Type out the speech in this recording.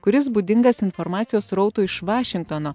kuris būdingas informacijos srautui iš vašingtono